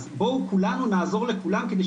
אז בואו כולנו נעזור לכולם על מנת